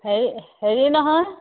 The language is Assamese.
হেৰি হেৰি নহয়